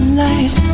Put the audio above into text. light